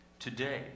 Today